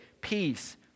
peace